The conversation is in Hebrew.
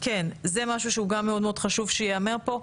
זה משהו חשוב שייאמר פה,